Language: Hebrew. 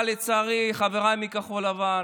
אבל, לצערי, חבריי מכחול לבן,